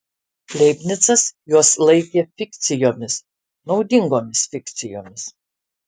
leibnicas juos laikė fikcijomis naudingomis fikcijomis